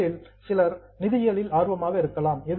உங்களில் சிலர் ஃபைனான்ஸ் நிதியியலில் ஆர்வமாக இருக்கலாம்